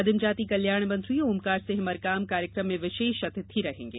आदिम जाति कल्याण मंत्री ओमकार सिंह मरकाम कार्यक्रम में विशेष अतिथि रहेगे